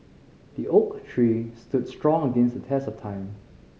the oak tree stood strong against the test of time